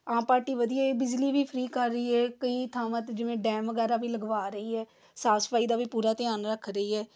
ਆਮ party ਵਧੀਆ ਹੈ ਬਿਜਲੀ ਵੀ ਫਰੀ ਕਰ ਰਹੀ ਹੈ ਕਈ ਥਾਵਾਂ 'ਤੇ ਜਿਵੇਂ ਡੈਮ ਵਗੈਰਾ ਵੀ ਲਗਵਾ ਰਹੀ ਹੈ ਸਾਫ ਸਫਾਈ ਦਾ ਵੀ ਪੂਰਾ ਧਿਆਨ ਰੱਖ ਰਹੀ ਹੈ